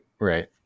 right